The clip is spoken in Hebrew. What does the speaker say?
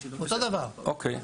אה, אוקיי.